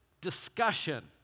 discussion